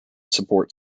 support